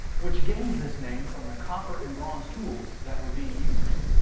which gains this name from the copper and bronze tools that were being used.